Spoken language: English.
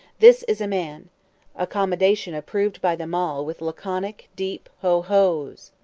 this is a man a commendation approved by them all with laconic, deep ho-ho's!